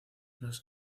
los